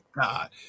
God